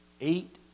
eight